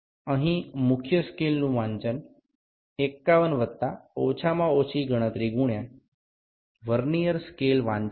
અહીં મુખ્ય સ્કેલનું વાંચન 51 વત્તા ઓછામાં ઓછી ગણતરી ગુણ્યા વર્નીઅર સ્કેલ વાંચન છે